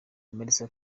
melissa